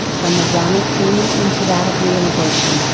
from the realm of dreaming into that of realization,